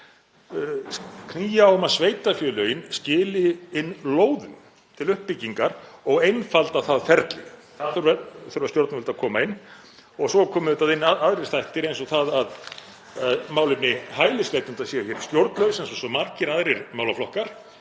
knýja á um að sveitarfélögin skili inn lóðum til uppbyggingar og einfalda það ferli. Þar þurfa stjórnvöld að koma inn, og svo koma inn aðrir þættir eins og það að málefni hælisleitenda séu stjórnlaus, eins og svo margir aðrir málaflokkar,